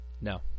No